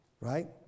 Right